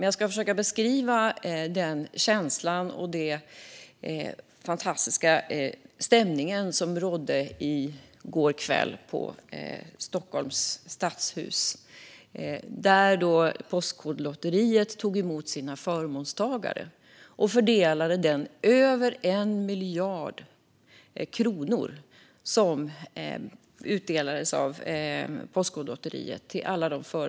Jag ska försöka beskriva den känsla och den fantastiska stämning som rådde i Stockholms stadshus i går kväll, där Postkodlotteriet tog emot sina förmånstagare och delade ut över 1 miljard kronor till dem.